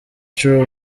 true